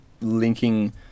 linking